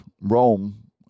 Rome